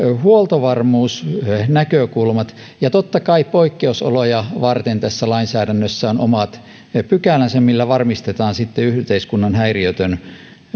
huoltovarmuusnäkökulmat totta kai poikkeusoloja varten tässä lainsäädännössä on omat pykälänsä millä varmistetaan sitten yhteiskunnan häiriötön